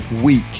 week